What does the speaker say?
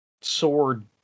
sword